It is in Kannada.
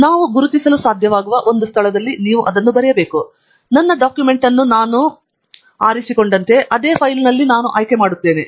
ನಾವು ಗುರುತಿಸಲು ಸಾಧ್ಯವಾಗುವ ಒಂದು ಸ್ಥಳದಲ್ಲಿ ನೀವು ಅದನ್ನು ಬರೆಯಬೇಕು ನನ್ನ ಡಾಕ್ಯುಮೆಂಟ್ ಅನ್ನು ನಾನು ಆರಿಸಿಕೊಂಡಂತೆ ಅದೇ ಫೈಲ್ನಲ್ಲಿ ನಾನು ಆಯ್ಕೆ ಮಾಡುತ್ತೇನೆ